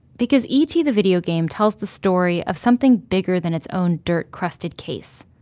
because e t. the video game tells the story of something bigger than its own dirt-crusted case.